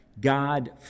God